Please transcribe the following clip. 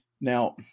Now